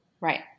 Right